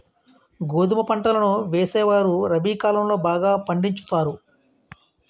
గోధుమ పంటలను వేసేవారు రబి కాలం లో బాగా పండించుతారు